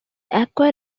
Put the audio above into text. aqua